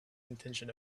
intention